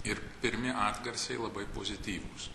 ir pirmi atgarsiai labai pozityvūs